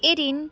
eighteen